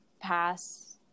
pass